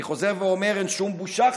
אני חוזר ואומר: אין שום בושה,